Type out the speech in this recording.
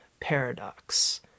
paradox